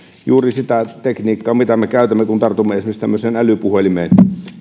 juuri sen tekniikan mitä me käytämme kun tartumme esimerkiksi tämmöiseen älypuhelimeen